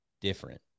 different